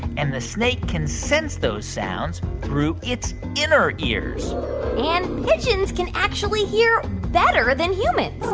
and the snake can sense those sounds through its inner ears and pigeons can actually hear better than humans.